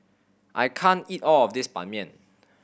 I can't eat all of this Ban Mian